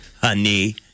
honey